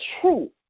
true